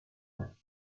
animals